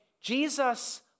Jesus